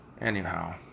Anyhow